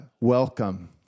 welcome